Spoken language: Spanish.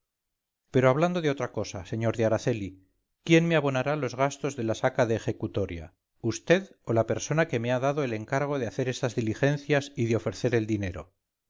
pero hablando de otra cosa señor de araceli quién me abonará los gastos de la saca de ejecutoria vd o la persona que me ha dado el encargo de hacer estas diligencias y de ofrecer el dinero